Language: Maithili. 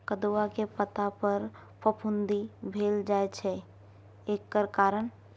कदुआ के पता पर फफुंदी भेल जाय छै एकर कारण?